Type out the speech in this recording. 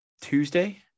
Tuesday